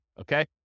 okay